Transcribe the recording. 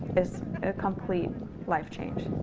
it's a complete life change,